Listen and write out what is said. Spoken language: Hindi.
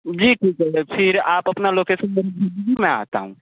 जी ठीक है फिर आप अपना लोकेशन भेज दीजिए मैं आता हूँ